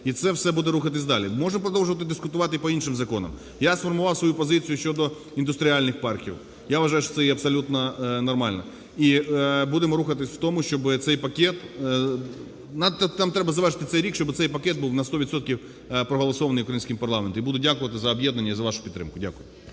І це все буде рухатись далі. Можемо продовжувати дискутувати і по іншим законам. Я сформував свою позицію щодо індустріальних парків, я вважаю, що це є абсолютно нормально. І будемо рухатись в тому, щоб цей пакет… Нам треба завершити цей рік, щоб цей пакет був на 100 відсотків проголосований українським парламентом. І буду дякувати за об'єднання і за вашу підтримку. Дякую.